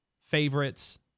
favorites